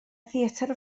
theatr